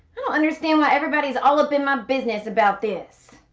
understand why everybody is all up in my business about this.